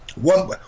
One